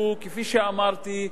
כפי שאמרתי,